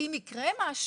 כי אם יקרה משהו,